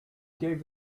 gave